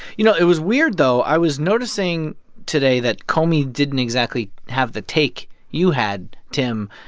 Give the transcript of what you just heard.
you know, it was weird, though i was noticing today that comey didn't exactly have the take you had, tim,